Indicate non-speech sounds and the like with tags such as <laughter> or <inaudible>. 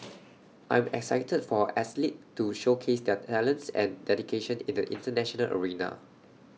<noise> I am excited for our athletes to showcase their talents and dedication in the International arena